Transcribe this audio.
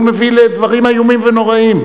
הוא מביא לדברים איומים ונוראים.